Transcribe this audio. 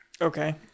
Okay